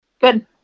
Good